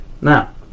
Now